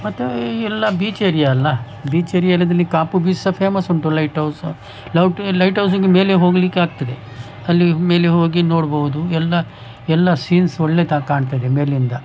ಮತ್ತೆ ಎಲ್ಲ beach area ಅಲ್ಲ ಬೀಚ್ ಏರಿಯದಲ್ಲಿ ಕಾಪು ಬೀಚ್ ಸ ಫೇಮಸ್ ಉಂಟು ಲೈಟ್ ಔಸ್ ಲೌಟ್ ಲೈಟ್ ಔಸಿಂದ ಮೇಲೆ ಹೋಗಲಿಕ್ಕೆ ಆಗ್ತದೆ ಅಲ್ಲಿ ಮೇಲೆ ಹೋಗಿ ನೋಡ್ಬೋದು ಎಲ್ಲ ಎಲ್ಲ ಸೀನ್ಸ್ ಒಳ್ಳೆ ತ ಕಾಣ್ತದೆ ಮೇಲಿಂದ